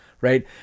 Right